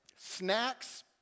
snacks